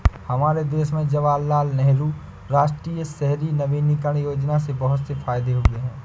हमारे देश में जवाहरलाल नेहरू राष्ट्रीय शहरी नवीकरण योजना से बहुत से फायदे हुए हैं